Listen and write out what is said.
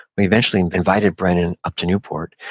he eventually invited brennan up to newport,